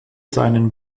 seinen